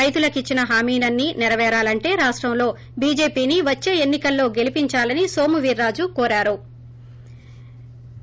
రైతులకు ఇచ్చిన హామీలన్నీ నెరవేరాలంటే రాష్టంలో బీజేపిని వచ్చే ఎన్ని కల్లో గెలిపించాలని నోము వీర్రాజు కోరారు